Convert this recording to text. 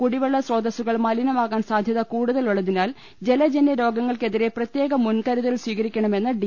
കുടിവെള്ള സ്രോത സ്സുകൾ മലിനമാകാൻ സാധൃതകൂടുതലുള്ളതിനാൽ ജലജനൃരോഗ ങ്ങൾക്കെതിരെ പ്രത്യേക മുൻകരുതൽ സ്വീകരിക്കണമെന്ന് ഡി